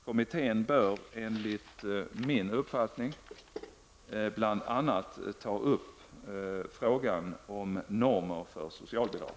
Kommittén bör enligt min uppfattning bl.a. ta upp frågan om normer för socialbidrag.